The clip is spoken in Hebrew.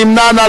מי נמנע?